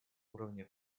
уровня